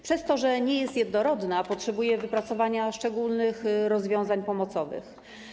Przez to, że nie jest jednorodna, potrzebuje wypracowania szczególnych rozwiązań pomocowych.